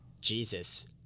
Jesus